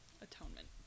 atonement